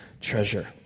treasure